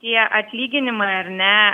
tie atlyginimai ar ne